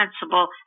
principle